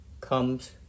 comes